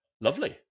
Lovely